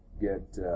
get